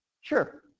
Sure